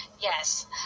Yes